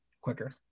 quicker